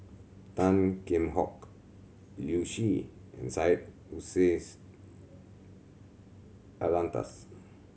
Tan Kheam Hock Liu Si and Syed Hussein Alatas